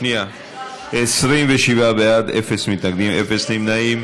27 בעד, אפס מתנגדים, אפס נמנעים.